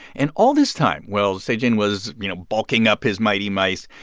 and all this time, while se-jin was you know, bulking up his mighty mice,